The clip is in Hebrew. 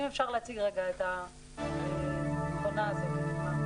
אם אפשר להציג את המכונה הזאת.